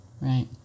Right